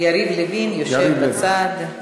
יריב לוין יושב בצד.